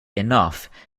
enough